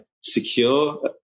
secure